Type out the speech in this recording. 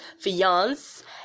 fiance